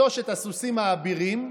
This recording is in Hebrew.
שלושת הסוסים האבירים,